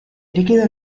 líquido